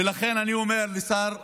ולכן אני אומר לשר החינוך,